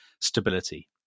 stability